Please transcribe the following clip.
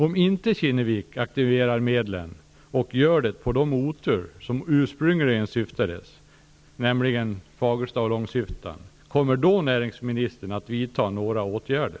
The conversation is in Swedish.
Om inte Kinnevik aktiverar medlen på de orter som ursprungligen avsågs, nämligen Fagersta och Långshyttan, kommer näringsminstern då att vidta några åtgärder?